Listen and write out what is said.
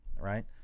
right